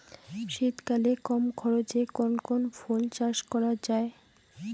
শীতকালে কম খরচে কোন কোন ফুল চাষ করা য়ায়?